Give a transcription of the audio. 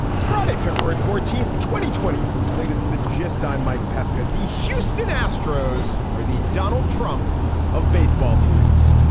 it's friday, february fourteenth, twenty twenty from slate's the gist. i'm mike pesca. the houston astros are the donald trump of baseball teams.